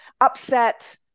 upset